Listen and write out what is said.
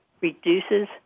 reduces